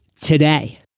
today